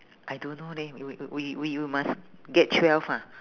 I don't know leh we we we we must get twelve ha